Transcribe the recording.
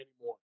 anymore